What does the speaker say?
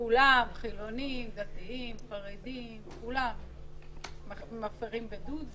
כולם חילונים, דתיים, חרדים, כולם מפרים בידוד.